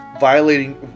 violating